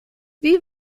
wie